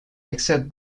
accept